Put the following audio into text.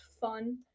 fun